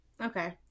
Okay